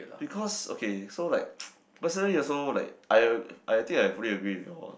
because okay so like personally also like I I think I fully agree with your